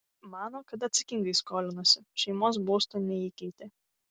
mano kad atsakingai skolinosi šeimos būsto neįkeitė